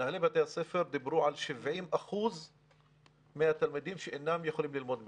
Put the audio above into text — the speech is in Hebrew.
מנהלי בתי הספר דיברו על 70% מהתלמידים שאינם יכולים ללמוד מרחוק,